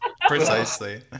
precisely